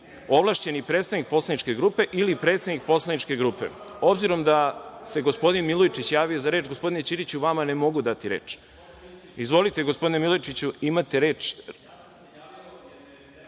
ovlašćeni predstavnik poslaničke grupe ili predsednik poslaničke grupe. Obzirom da se gospodin Milojčić javio za reč, gospodine Ćiriću vama ne mogu dati reč. Izvolite, gospodine Milojčiću, imate reč.